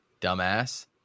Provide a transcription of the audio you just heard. Dumbass